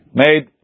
made